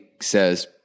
says